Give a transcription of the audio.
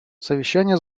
совещание